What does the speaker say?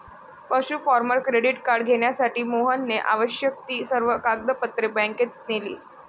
पशु farmer credit card घेण्यासाठी मोहनने आवश्यक ती सर्व कागदपत्रे बँकेत नेली